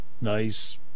Nice